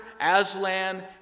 Aslan